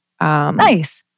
Nice